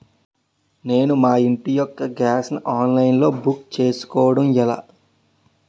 నేను మా ఇంటి యెక్క గ్యాస్ ను ఆన్లైన్ లో బుక్ చేసుకోవడం ఎలా?